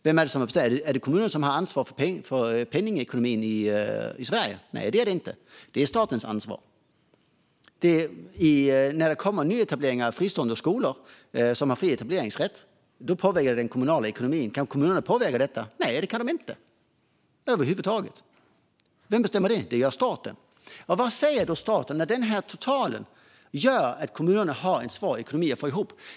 Vem är det som har bestämt om den? Är det kommunerna som har ansvar för penningpolitiken och ekonomin i Sverige? Nej, det är det är det inte. Det är statens ansvar. När det blir nyetableringar av fristående skolor, som har fri etableringsrätt, påverkas den kommunala ekonomin. Kan kommunerna påverka det? Nej, det kan de inte över huvud taget. Vem bestämmer över detta? Det gör staten. Vad säger då staten när det här totalt gör att kommunerna har svårt att få ekonomin att gå ihop?